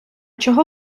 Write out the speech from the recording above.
чого